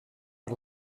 per